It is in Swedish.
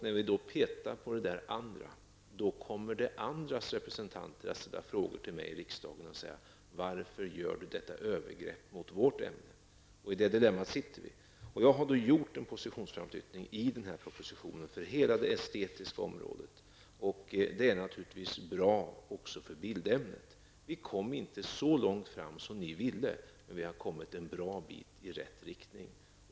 När vi då petar på det andra kommer det andras representanter att ställa frågor till mig i riksdagen och undra varför jag gör detta övergrepp mot deras ämne. Detta dilemma sitter vi i. Jag har gjort en positionsframflyttning i den här propositionen för hela det estetiska området. Det är naturligtvis bra också för bildämnet. Vi kommer inte så långt fram som ni ville, men vi har kommit en bra bit i rätt riktning.